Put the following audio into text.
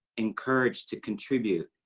encouraged to contribute,